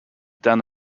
then